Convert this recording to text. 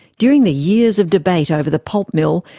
during the years of debate over the pulp mill,